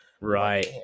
Right